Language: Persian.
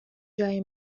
جای